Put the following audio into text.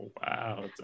Wow